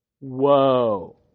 Whoa